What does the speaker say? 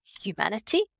humanity